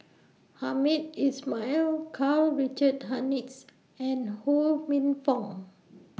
Hamed Ismail Karl Richard Hanitsch and Ho Minfong